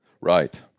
Right